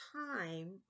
time